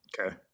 Okay